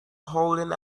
holding